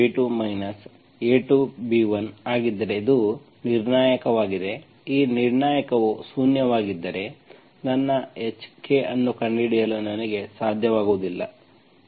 a1b2 a2b1 ಆಗಿದ್ದರೆ ಇದು ನಿರ್ಣಾಯಕವಾಗಿದೆ ಈ ನಿರ್ಣಾಯಕವು ಶೂನ್ಯವಾಗಿದ್ದರೆ ನನ್ನ hk ಅನ್ನು ಕಂಡುಹಿಡಿಯಲು ನನಗೆ ಸಾಧ್ಯವಾಗುವುದಿಲ್ಲ